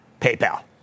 PayPal